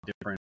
different